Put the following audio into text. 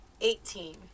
Eighteen